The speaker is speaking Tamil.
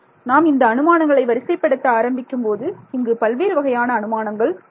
நாம் இந்த அனுமானங்களை வரிசைப்படுத்த ஆரம்பிக்கும்போது இங்கு பல்வேறு வகையான அனுமானங்கள் உள்ளன